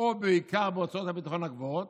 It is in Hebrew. או בעיקר בהוצאות הביטחון הגבוהות".